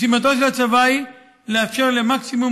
משימתו של הצבא היא לאפשר למקסימום